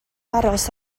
aros